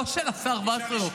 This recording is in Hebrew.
לא של השר וסרלאוף,